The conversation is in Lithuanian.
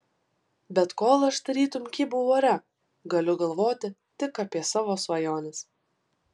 bet kol aš tarytum kybau ore galiu galvoti tik apie savo svajones